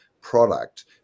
product